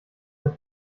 das